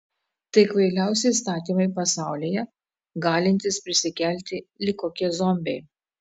tai kvailiausi įstatymai pasaulyje galintys prisikelti lyg kokie zombiai